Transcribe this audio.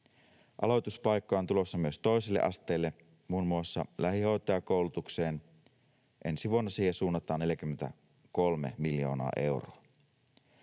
Aloituspaikkoja on tulossa myös toiselle asteelle, muun muassa lähihoitajakoulutukseen. Ensi vuonna siihen suunnataan 43 miljoonaa euroa.